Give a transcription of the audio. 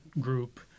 group